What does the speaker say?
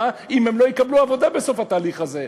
אם הם לא יקבלו עבודה בסוף התהליך הזה.